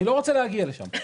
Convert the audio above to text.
אני לא רוצה להגיע לשם.